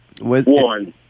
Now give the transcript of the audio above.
one